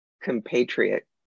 compatriot